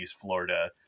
Florida